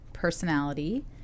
personality